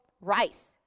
rice